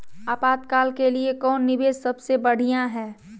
आपातकाल के लिए कौन निवेस सबसे बढ़िया है?